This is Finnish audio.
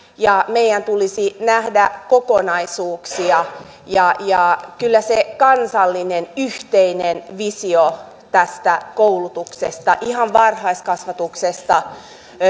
ja meidän tulisi nähdä kokonaisuuksia kyllä se yhteinen kansallinen visio tästä koulutuksesta ihan varhaiskasvatuksesta